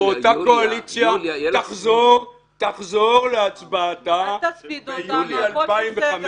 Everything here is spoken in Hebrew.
ואותה קואליציה תחזור להצבעתה ביולי 2015,